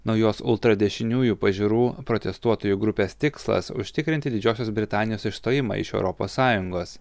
naujos ultradešiniųjų pažiūrų protestuotojų grupės tikslas užtikrinti didžiosios britanijos išstojimą iš europos sąjungos